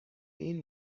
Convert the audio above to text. این